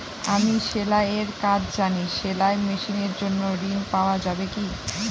আমি সেলাই এর কাজ জানি সেলাই মেশিনের জন্য ঋণ পাওয়া যাবে কি?